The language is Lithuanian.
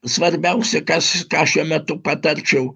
svarbiausia kas ką šiuo metu patarčiau